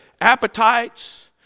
appetites